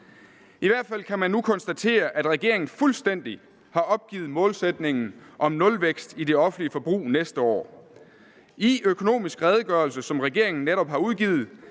I hvert fald kan man nu konstatere, at regeringen fuldstændig har opgivet målsætningen om nulvækst i det offentlige forbrug næste år. I Økonomisk Redegørelse, som regeringen netop har udgivet,